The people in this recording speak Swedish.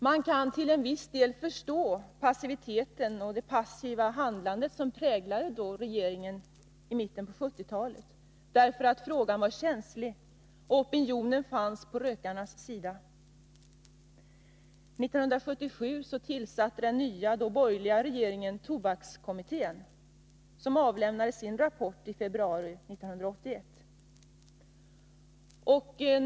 Man kan till viss del förstå den passivitet som präglade regeringens handlande i mitten av 1970-talet. Frågan var känslig, och opinionen fanns på rökarnas sida. 1977 tillsatte den nya borgerliga regeringen tobakskommittén, som avlämnade sin rapport i februari 1981.